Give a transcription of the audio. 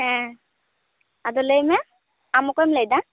ᱦᱮᱸ ᱟᱫᱚ ᱞᱟᱹᱭᱢᱮ ᱟᱢ ᱚᱠᱚᱭᱮᱢ ᱞᱟᱹᱭᱮᱫᱟ